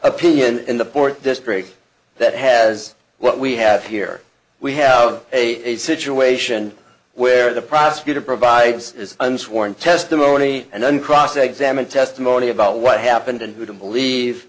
opinion in the port district that has what we have here we have a situation where the prosecutor provides this and sworn testimony and then cross examine testimony about what happened and who to believe